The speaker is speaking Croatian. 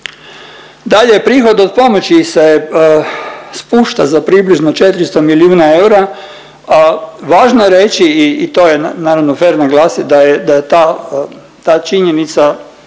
Dalje, prihod od pomoći se spušta za približno 400 milijuna eura, a važno je reći i to je naravno fer naglasit da je, da je ta,